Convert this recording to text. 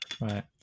Right